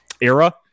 era